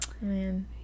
man